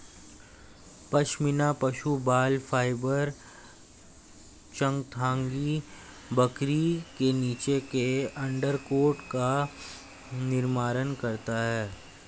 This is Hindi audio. पश्मीना पशु बाल फाइबर चांगथांगी बकरी के नीचे के अंडरकोट का निर्माण करता है